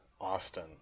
Austin